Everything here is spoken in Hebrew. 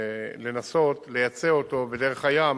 לנסות לייצא אותו בדרך הים